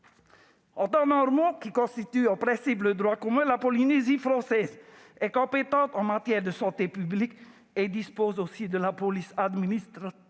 En temps « normal », où prévaut en principe le droit commun, la Polynésie française est compétente en matière de santé publique et dispose aussi du pouvoir de police administrative